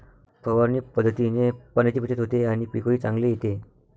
फवारणी पद्धतीने पाण्याची बचत होते आणि पीकही चांगले येते